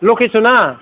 लकेसना बे नैबे माबायाव